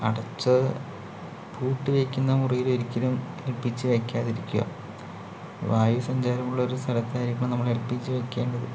അടച്ച് പൂട്ടിവെക്കുന്ന മുറിയിലൊരിക്കലും എൽപ്പീജി വെക്കാതിരിക്കുക വായു സഞ്ചാരമുള്ളൊരു സ്ഥലത്തായിരിക്കണം നമ്മൾ എൽ പി ജി വെക്കേണ്ടത്